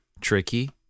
tricky